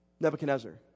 Nebuchadnezzar